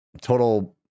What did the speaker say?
total